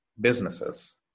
businesses